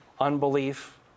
unbelief